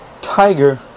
tiger